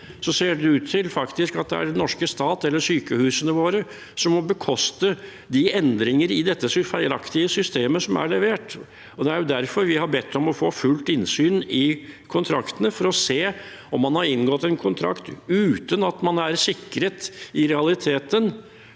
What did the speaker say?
ser det faktisk ut til at det er den norske stat eller sykehusene våre som må bekoste endringer i det feilaktige systemet som er levert. Det er derfor vi har bedt om å få fullt innsyn i kontraktene, for å se om man har inngått en kontrakt uten at man i realiteten